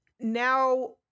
now